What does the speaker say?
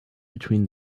between